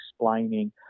explaining